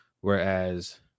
Whereas